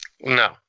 No